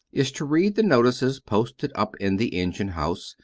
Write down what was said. is to read the notices, posted up in the engine house,